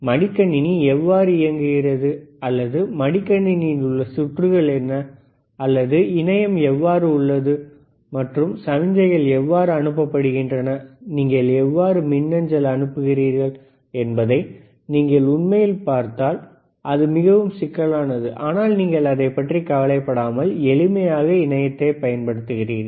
மடிக்கணினி எவ்வாறு இயங்குகிறது அல்லது மடிக்கணினியில் உள்ள சுற்றுகள் என்ன அல்லது இணையம் எவ்வாறு உள்ளது மற்றும் சமிக்ஞைகள் எவ்வாறு அனுப்பப்படுகின்றன நீங்கள் எவ்வாறு மின்னஞ்சல் அனுப்புகிறீர்கள் என்பதை நீங்கள் உண்மையில் பார்த்தால் அது மிகவும் சிக்கலானது ஆனால் நீங்கள் அதைப்பற்றி கவலைப்படாமல் எளிமையாக இணையத்தை பயன்படுத்துகிறீர்கள்